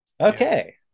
Okay